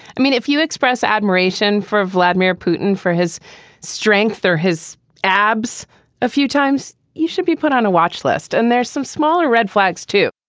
i mean, if you express admiration for vladimir putin, for his strength or his abs a few times, you should be put on a watch list. and there's some smaller red flags, too.